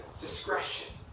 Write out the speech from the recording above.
discretion